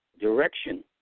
direction